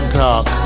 talk